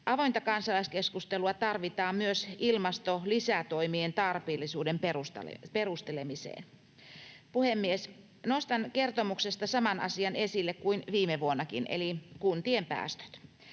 Avointa kansalaiskeskustelua tarvitaan myös ilmastolisätoimien tarpeellisuuden perustelemiseen. Puhemies! Nostan kertomuksesta saman asian esille kuin viime vuonnakin eli kuntien päästöt.